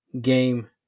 game